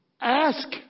ask